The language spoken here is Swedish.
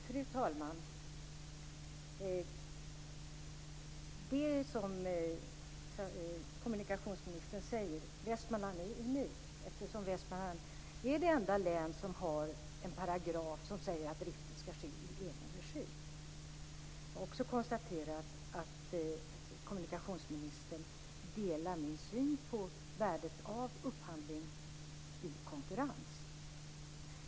Fru talman! Det är som kommunikationsministern säger, Västmanland är unikt eftersom Västmanland är det enda län som har en paragraf som säger att driften skall ske i egen regi. Jag har också konstaterat att kommunikationsministern delar min syn på värdet av upphandling i konkurrens.